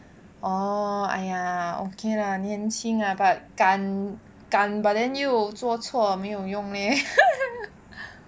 orh !aiya! okay lah 年轻啊 but 敢 but then 又做错没有用咧